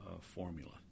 formula